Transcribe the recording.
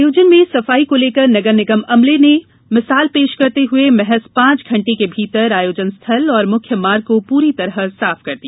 आयोजन में सफाई को लेकर नगर निगम अमले ने मिसाल पेश करते हुए महज पांच घंटे के भीतर आयोजन स्थल और मुख्य मार्ग को पूरी तरह साफ कर दिया